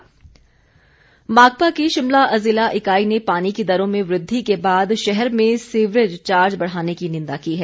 माकपा माकपा की शिमला जिला इकाई ने पानी की दरों में वृद्धि के बाद शहर में सीवरेज चार्ज बढ़ाने की निंदा की है